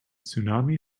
tsunami